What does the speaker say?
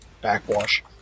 backwash